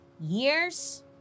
years